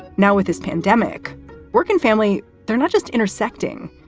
now with this pandemic work and family, they're not just intersecting,